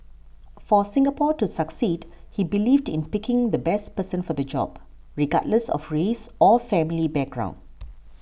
for Singapore to succeed he believed in picking the best person for the job regardless of race or family background